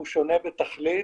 הוא שונה בתכלית,